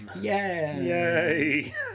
Yay